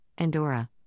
Andorra